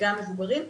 וגם מבוגרים,